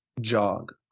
jog